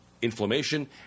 inflammation